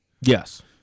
Yes